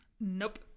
Nope